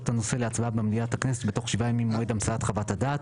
את הנושא להצבעה במליאת הכנסת בתוך שבעה ימים ממועד המצאת חוות דעת.